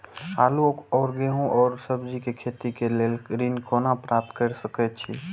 आलू और गेहूं और सब्जी के खेती के लेल ऋण कोना प्राप्त कय सकेत छी?